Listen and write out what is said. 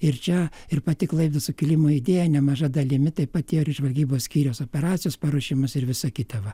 ir čia ir pati klaipėdos sukilimo idėją nemaža dalimi taip pat ėjo ir iš žvalgybos skyriaus operacijos paruošimas ir visa kita va